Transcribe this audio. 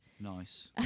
Nice